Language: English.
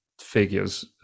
figures